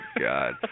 God